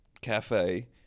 cafe